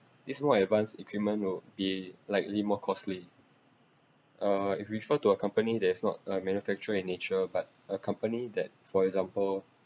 this more advanced equipment will be likely more costly uh if you refer to a company that is not a manufacturer in nature but a company that for example